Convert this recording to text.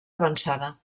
avançada